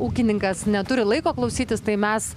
ūkininkas neturi laiko klausytis tai mes